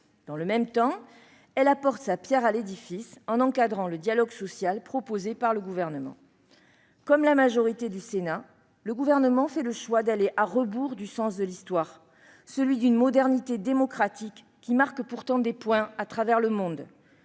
Dans le même temps, elle apporte sa pierre à l'édifice en encadrant le dialogue social proposé par le Gouvernement. Comme la majorité du Sénat, le Gouvernement fait le choix d'aller à rebours du sens de l'Histoire, celui d'une modernité démocratique qui marque pourtant des points à travers le monde.